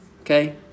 okay